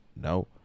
no